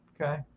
okay